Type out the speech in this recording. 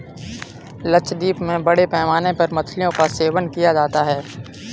लक्षद्वीप में बड़े पैमाने पर मछलियों का सेवन किया जाता है